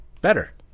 better